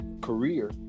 career